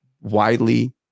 widely